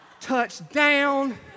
touchdown